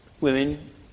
women